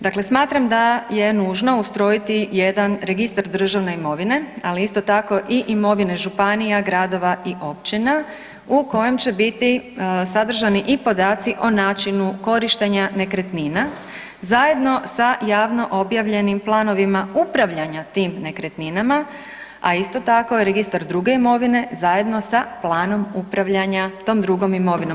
Dakle, smatram da je nužno ustrojiti jedan registar državne imovine, ali isto tako i imovine županija, gradova i općina u kojem će biti sadržani i podaci o načinu korištenja nekretnina zajedno sa javno objavljenim planovima upravljanja tim nekretninama, a isto tako registar druge imovine zajedno sa planom upravljanja tom drugom imovinom.